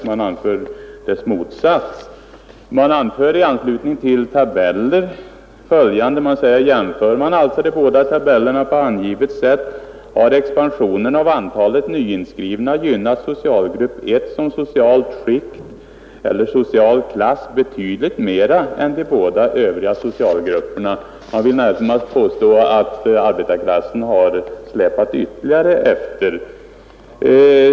I stället hävdar man motsatsen och säger i anslutning till tabeller följande: Jämför man alltså de båda tabellerna på angivet sätt, har expansionen av antalet nyinskrivna gynnat socialgrupp 1 som socialt skikt eller social klass betydligt mera än de båda övriga socialgrupperna. Jag vill närmast påstå att arbetarklassen har släpat efter ytterligare.